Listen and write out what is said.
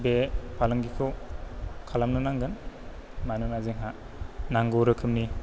बे फालांगिखौ खालामनो नांगोन मानोना जोंहा नांगौ रोखोमनि